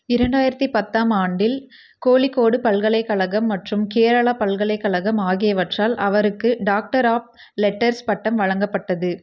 இரண்டாயிரத்தி பத்தாம் ஆண்டில் கோழிக்கோடு பல்கலைக்கழகம் மற்றும் கேரளா பல்கலைக்கழகம் ஆகியவற்றால் அவருக்கு டாக்டர் ஆஃப் லெட்டர்ஸ் பட்டம் வழங்கப்பட்டது